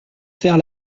serre